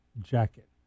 Jacket